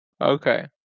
Okay